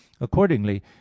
accordingly